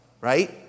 right